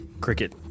Cricket